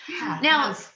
Now